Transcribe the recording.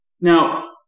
Now